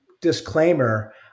disclaimer